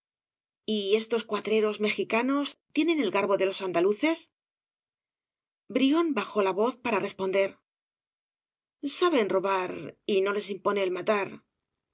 y estos cuatreros mexicanos tienen el garbo de los andaluces brión bajó la voz para responder saben robar no les impone el matar